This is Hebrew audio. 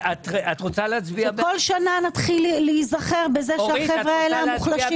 כל שנה נתחיל להיזכר בחבר'ה המוחלשים האלה?